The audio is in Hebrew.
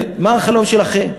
מה החלום שלכם?